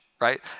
right